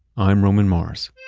i'm roman mars